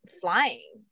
flying